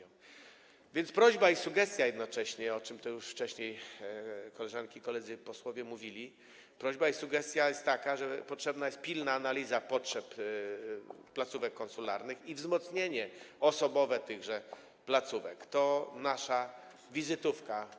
A więc prośba i sugestia jednocześnie, o czym tu już wcześniej koleżanki i koledzy posłowie mówili, jest taka, że potrzebna jest pilna analiza potrzeb placówek konsularnych i wzmocnienie osobowe tychże placówek, wszak to nasza wizytówka.